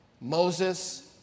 Moses